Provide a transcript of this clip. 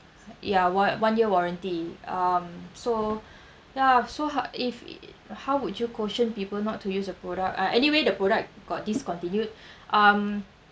ya on~ one year warranty um so ya so ho~ if how would you caution people not to use a product ah anyway the product got discontinued um